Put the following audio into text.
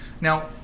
Now